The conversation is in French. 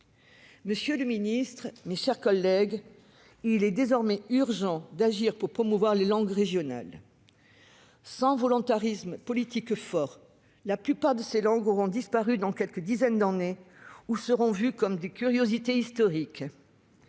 Monsieur le ministre, mes chers collègues, il est désormais urgent d'agir pour promouvoir les langues régionales. Sans volontarisme politique fort, la plupart de ces langues auront disparu dans quelques dizaines d'années ou seront vues comme des curiosités historiques.